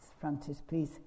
frontispiece